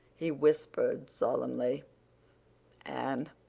he whispered solemnly anne,